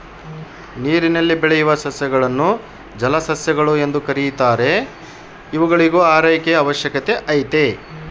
ನೀರಿನಲ್ಲಿ ಬೆಳೆಯುವ ಸಸ್ಯಗಳನ್ನು ಜಲಸಸ್ಯಗಳು ಎಂದು ಕೆರೀತಾರ ಇವುಗಳಿಗೂ ಆರೈಕೆಯ ಅವಶ್ಯಕತೆ ಐತೆ